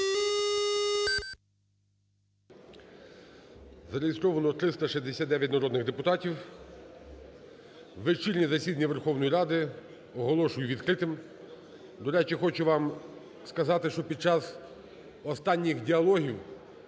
Зареєстровано 369 народних депутатів. Вечірнє засідання Верховної Ради оголошую відкритим. До речі, хочу сказати вам, що під час останніх діалогів,